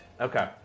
Okay